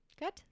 good